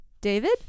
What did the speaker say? David